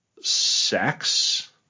sex